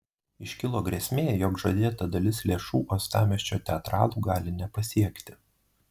iškilo grėsmė jog žadėta dalis lėšų uostamiesčio teatralų gali nepasiekti